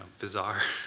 bizarre,